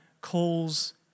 calls